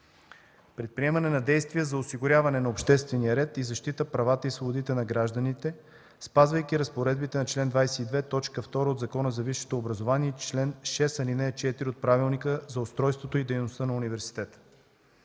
„Предприемане на действия за осигуряване на обществения ред и защита правата и свободите на гражданите, спазвайки разпоредбите на чл. 22, т. 2 от Закона за висшето образование и чл. 6, ал. 4 от Правилника за устройството и дейността на университета”.